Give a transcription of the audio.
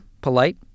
polite